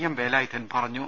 M Velayudhan പറഞ്ഞു